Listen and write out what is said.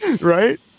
Right